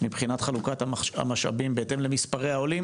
מבחינת חלוקת המשאבים בהתאם למספרי העולים.